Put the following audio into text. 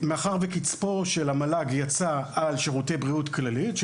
קצפו של המל"ג יצא על שירותי בריאות כללית,